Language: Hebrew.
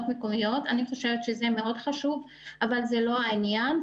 המקומיות ולומר אני חושבת שזה מאוד חשוב אבל זה לא העניין.